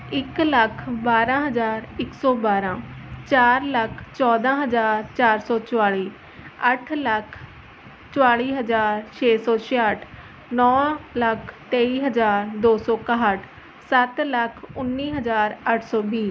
ਇੱਕ ਲੱਖ ਬਾਰ੍ਹਾਂ ਹਜ਼ਾਰ ਇੱਕ ਸੌ ਬਾਰ੍ਹਾਂ ਚਾਰ ਲੱਖ ਚੌਦ੍ਹਾਂ ਹਜ਼ਾਰ ਚਾਰ ਸੌ ਚੁਤਾਲੀ ਅੱਠ ਲੱਖ ਚੁਤਾਲੀ ਹਜ਼ਾਰ ਛੇ ਸੌ ਛਿਆਹਠ ਨੌ ਲੱਖ ਤੇਈ ਹਜ਼ਾਰ ਦੋ ਸੌ ਇਕਾਹਠ ਸੱਤ ਲੱਖ ਉੱਨੀ ਹਜ਼ਾਰ ਅੱਠ ਸੌ ਵੀਹ